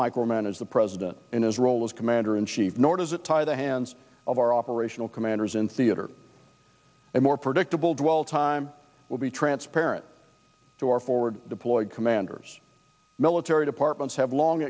micromanage the president in his role as commander in chief nor does it tie the hands of our operational commanders in theater and more predictable dwell time will be transparent to our forward deployed commanders military departments have long